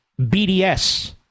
BDS